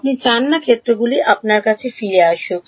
আপনি চান না ক্ষেত্রগুলি আপনার কাছে ফিরে আসুক